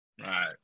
Right